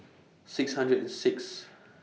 six hundred and Sixth